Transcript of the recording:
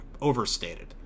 overstated